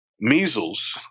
measles